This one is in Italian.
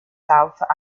south